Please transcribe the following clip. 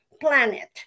planet